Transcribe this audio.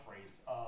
race